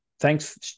Thanks